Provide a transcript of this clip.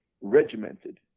regimented